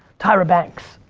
tyra banks.